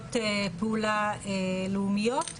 תוכניות פעולה לאומיות,